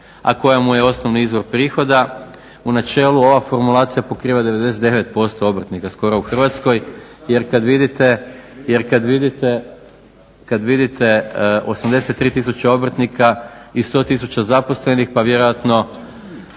a koja mu je osnovni izvor prihoda. U načelu ova formulacija pokriva 99% obrtnika skoro u Hrvatskoj. Jer kada vidite, kada vidite 83 tisuće obrtnika i 100 tisuća zaposlenih pa vjerojatno